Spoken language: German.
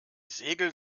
segel